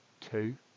Two